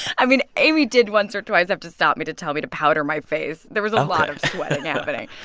i mean, amy did, once or twice, have to stop me to tell me to powder my face ok there was a lot of sweating happening.